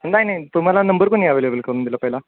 नाही नाही तुम्हाला नंबर कोणी अवेलेबल करून दिला पहिला